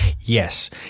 Yes